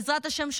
בעזרת השם,